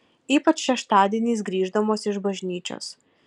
ypač šeštadieniais grįždamos iš bažnyčios